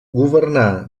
governà